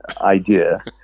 idea